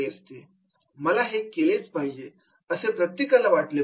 ' मला हे केलेच पाहिजे' असे प्रत्येकाला वाटले पाहिजे